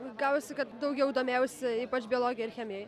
gavosi kad daugiau domėjausi ypač biologija ir chemijai